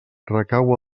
recau